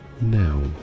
now